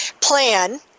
plan